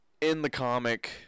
in-the-comic